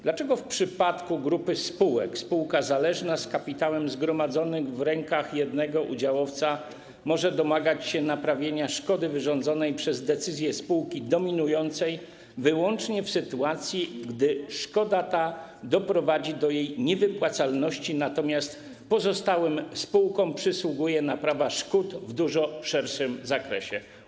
Dlaczego w przypadku grupy spółek spółka zależna z kapitałem zgromadzonym w rękach jednego udziałowca może domagać się naprawienia szkody wyrządzonej w wyniku decyzji spółki dominującej wyłącznie w sytuacji, gdy szkoda ta doprowadzi do jej niewypłacalności, natomiast pozostałym spółkom przysługuje naprawa szkód w dużo szerszym zakresie?